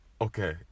Okay